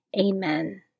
Amen